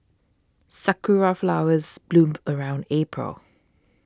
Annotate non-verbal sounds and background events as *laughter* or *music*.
sakura flowers bloom *noise* around April